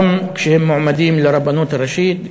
גם כשהם מועמדים לרבנות הראשית,